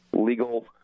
legal